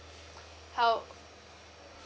how